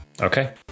Okay